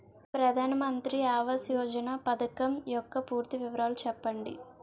ప్రధాన మంత్రి ఆవాస్ యోజన పథకం యెక్క పూర్తి వివరాలు చెప్పండి?